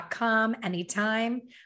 anytime